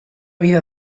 vida